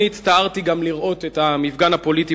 גם אני הצטערתי לראות את המפגן הפוליטי